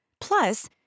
Plus